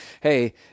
Hey